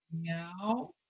meow